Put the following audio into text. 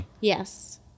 Yes